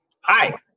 Hi